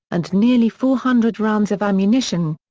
and nearly four hundred rounds of ammunition.